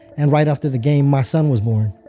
and right after the game, my son was born.